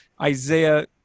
Isaiah